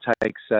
takes